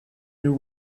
there